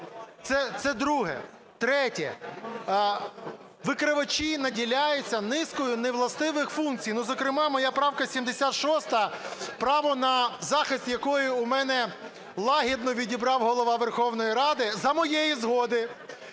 Це друге. Третє. Викривачі наділяються низкою не властивих функцій, зокрема моя правка 76, право на захист якої у мене лагідно відібрав Голова Верховної Ради, за моєї згоди,